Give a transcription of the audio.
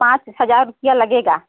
पाँच हज़ार रुपये लगेगा